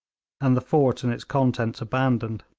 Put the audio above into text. and the fort and its contents abandoned.